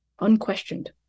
unquestioned